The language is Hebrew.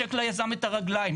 ומנשק ליזם את הרגליים?